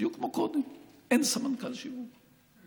בדיוק כמו קודם: אין סמנכ"ל שיווק.